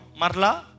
Marla